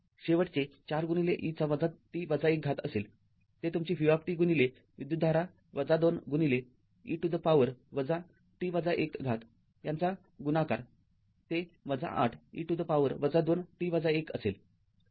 शेवटचे ४ e -t १ असेल ते तुमचे vविद्युतधारा २e to the power t १ यांचा गुणाकारते ८ e to the power २t १ असेल